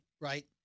right